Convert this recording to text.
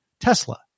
Tesla